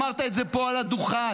אמרת את זה פה על הדוכן,